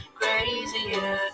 crazier